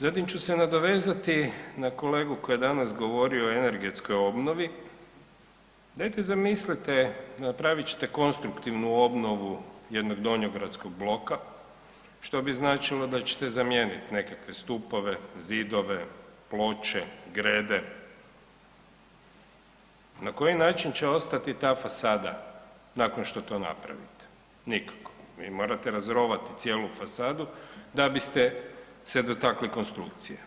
Zatim ću se nadovezati na kolegu koji je danas govorio o energetskoj obnovi, dajte zamislite napravit ćete konstruktivnu obnovu jednog donjogradskog bloka što bi značilo da ćete zamijeniti nekakve stupove, zidove, ploče, grede, na koji način će ostati ta fasada nakon što to napravite?, nikako, vi morate razrovati cijelu fasadu da biste se dotakli konstrukcije.